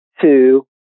two